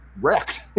wrecked